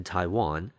Taiwan